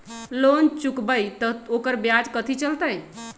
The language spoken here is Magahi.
लोन चुकबई त ओकर ब्याज कथि चलतई?